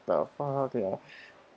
the fuck ya